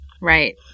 Right